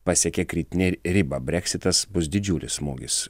pasiekė kritinę ribą breksitas bus didžiulis smūgis